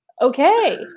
okay